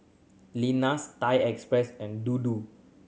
Lenas Thai Express and Dodo